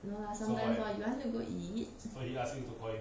no lah sometimes what you want to go eat